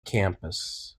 campus